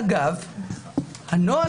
אותו נוהל